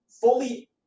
fully